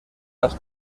las